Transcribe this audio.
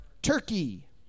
Turkey